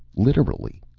literally,